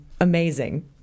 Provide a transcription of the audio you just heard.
amazing